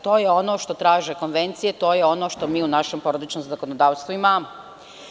To je ono što traže konvencije i to je ono što mi u našem porodičnom zakonodavstvu imamo.